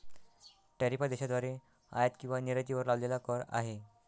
tariff हा देशाद्वारे आयात किंवा निर्यातीवर लावलेला कर आहे